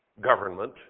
government